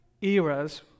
eras